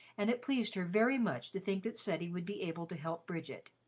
and it pleased her very much to think that ceddie would be able to help bridget.